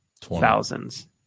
thousands